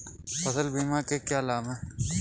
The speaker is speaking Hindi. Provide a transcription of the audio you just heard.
फसल बीमा के क्या लाभ हैं?